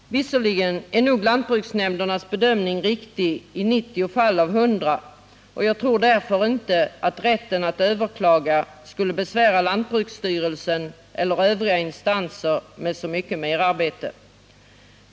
Men lantbruksnämndernas bedömning är nog riktig i 90 fall av 100, och jag tror därför inte att rätten att överklaga skulle tillfoga lantbruksstyrelsen eller övriga instanser så mycket besvär och merarbete.